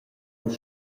nus